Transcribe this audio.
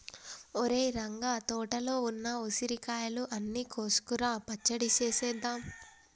ఒరేయ్ రంగ తోటలో ఉన్న ఉసిరికాయలు అన్ని కోసుకురా పచ్చడి సేసేద్దాం